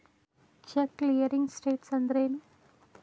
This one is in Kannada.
ಚೆಕ್ ಕ್ಲಿಯರಿಂಗ್ ಸ್ಟೇಟ್ಸ್ ಅಂದ್ರೇನು?